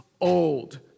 old